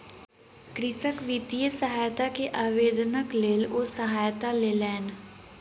कृषक वित्तीय सहायता के आवेदनक लेल ओ सहायता लेलैन